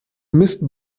mist